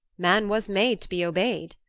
man was made to be obeyed.